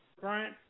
Brian